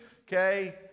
okay